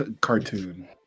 cartoon